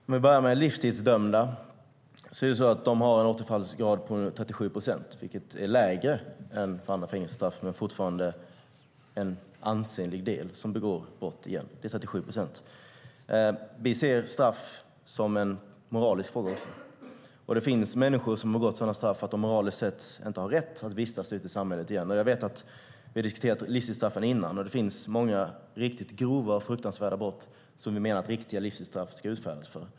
Herr talman! Om vi börjar med de livstidsdömda är det så att de har en återfallsgrad på 37 procent, vilket är lägre än för andra fängelsestraff. Det är dock fortfarande en ansenlig del som begår brott igen. Vi ser även straff som en moralisk fråga. Det finns människor som har begått sådana brott att de moraliskt sett inte har rätt att vistas ute i samhället igen. Jag vet att vi har diskuterat livstidsstraffen förut, och det finns många riktigt grova och fruktansvärda brott som vi menar att riktiga livstidsstraff ska utfärdas för.